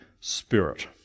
Spirit